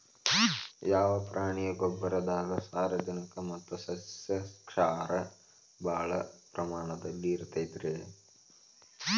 ಯಾವ ಪ್ರಾಣಿಯ ಗೊಬ್ಬರದಾಗ ಸಾರಜನಕ ಮತ್ತ ಸಸ್ಯಕ್ಷಾರ ಭಾಳ ಪ್ರಮಾಣದಲ್ಲಿ ಇರುತೈತರೇ?